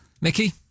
Mickey